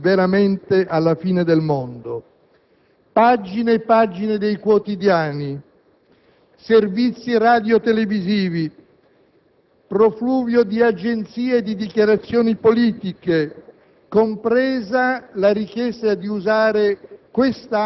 è la controprova di quanto la questione televisiva stia inquinando la politica del nostro Paese, perché il fatto da cui noi partiamo è la sostituzione di un consigliere di amministrazione della RAI